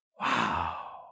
Wow